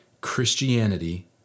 Christianity